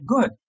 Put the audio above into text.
good